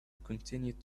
continued